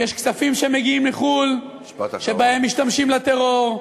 יש כספים שמגיעים מחו"ל, שבהם משתמשים לטרור.